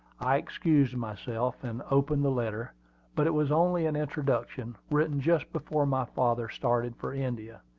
i excused myself, and opened the letter but it was only an introduction, written just before my father started for india.